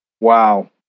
Wow